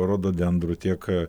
rododendrų tiek